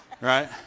Right